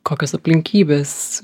kokios aplinkybės